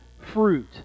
fruit